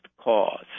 cause